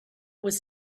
was